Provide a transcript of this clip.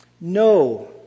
No